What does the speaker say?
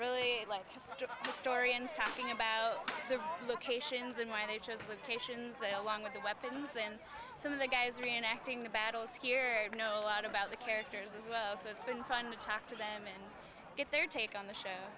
really like the story and talking about the locations and why they chose which patients along with the weapons and some of the guys reenacting the battles here i know a lot about the characters as well so it's been fun to talk to them and get their take on the show